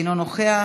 אינו נוכח,